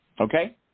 Okay